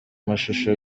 mashusho